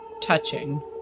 touching